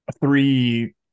three